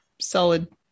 solid